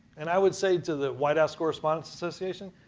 and i would say to the white house correspondent association,